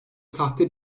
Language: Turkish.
sahte